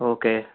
okay